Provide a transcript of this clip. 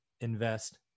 invest